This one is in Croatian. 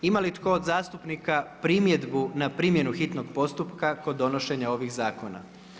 Imamo li tko od zastupnika primjedbu na primjenu hitnog postupka kod donošenja ovih zakon?